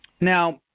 Now